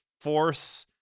force